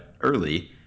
early